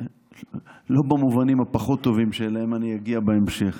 לא במובנים הפחות-טובים, שאליהם אני אגיע בהמשך.